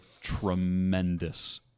tremendous